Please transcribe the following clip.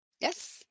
Yes